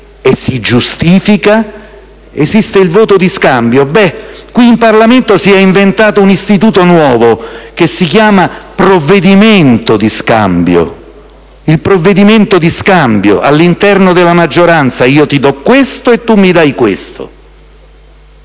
E si giustifica? Esiste il voto di scambio, ma qui in Parlamento si è inventato un istituto nuovo che si chiama provvedimento di scambio. Il provvedimento di scambio all'interno della maggioranza: io ti do questo e tu mi dai questo.